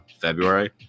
February